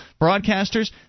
broadcasters